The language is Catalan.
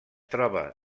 troba